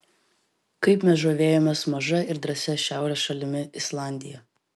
kaip mes žavėjomės maža ir drąsia šiaurės šalimi islandija